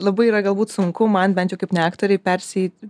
labai yra galbūt sunku man bent kaip ne aktorei persieit